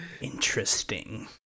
Interesting